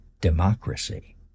democracy